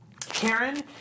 Karen